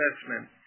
assessment